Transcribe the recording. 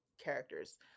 characters